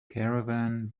caravan